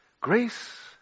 Grace